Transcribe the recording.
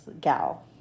gal